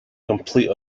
complete